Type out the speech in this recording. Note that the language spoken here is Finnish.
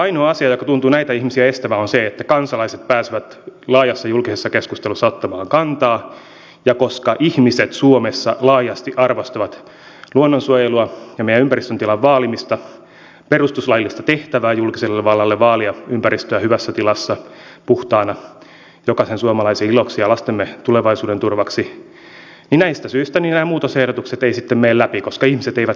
ainoa asia joka tuntuu näitä ihmisiä estävän on se että kansalaiset pääsevät laajassa julkisessa keskustelussa ottamaan kantaa ja koska ihmiset suomessa laajasti arvostavat luonnonsuojelua ja meidän ympäristön tilan vaalimista perustuslaillista tehtävää julkiselle vallalle vaalia ympäristöä hyvässä tilassa puhtaana jokaisen suomalaisen iloksi ja lastemme tulevaisuuden turvaksi niin näistä syistä nämä muutosehdotukset eivät sitten mene läpi koska ihmiset eivät niitä halua